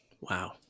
Wow